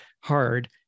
hard